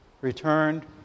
returned